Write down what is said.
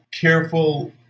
careful